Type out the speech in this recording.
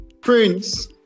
prince